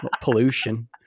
Pollution